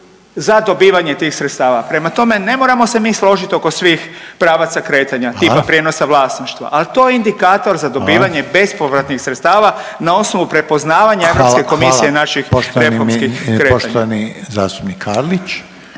za dobivanje tih sredstava. Prema tome, ne moramo se mi složiti oko svih pravaca kretanja …/Upadica: Hvala./… tipa prijenosa vlasništva, ali to je indikator za dobivanje …/Upadica: Hvala./… bespovratnih sredstava na osnovu prepoznavanja Europske komisije naših reformskih kretanja. **Reiner, Željko (HDZ)** Hvala, hvala. Poštovani zastupnik Karlić.